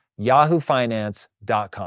yahoofinance.com